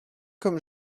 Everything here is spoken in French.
comme